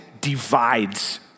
divides